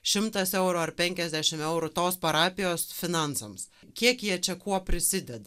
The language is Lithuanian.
šimtas eurų ar penkiasdešim eurų tos parapijos finansams kiek jie čia kuo prisideda